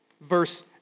verse